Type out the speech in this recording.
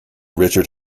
richard